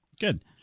Good